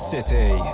City